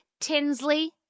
Tinsley